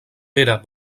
pere